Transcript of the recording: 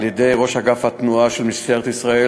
על-ידי ראש אגף התנועה של משטרת ישראל,